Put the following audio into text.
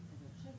אז אני שואל,